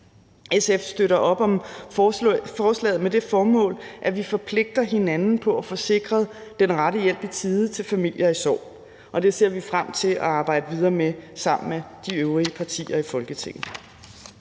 SF støtter op om forslaget med det formål, at vi forpligter hinanden på at få sikret den rette hjælp i tide til familier i sorg, og det ser vi frem til at arbejde videre med sammen med de øvrige partier i Folketinget.